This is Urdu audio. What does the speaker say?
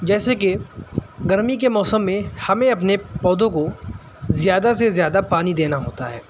جیسے کہ گرمی کے موسم میں ہمیں اپنے پودوں کو زیادہ سے زیادہ پانی دینا ہوتا ہے